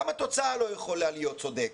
גם התוצאה לא יכולה להיות צודקת.